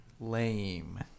Lame